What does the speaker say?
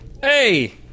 Hey